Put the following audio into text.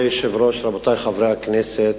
כבוד היושב-ראש, רבותי חברי הכנסת,